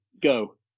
go